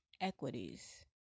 equities